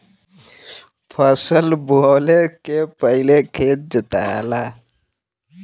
फसल बोवले के पहिले खेत जोताला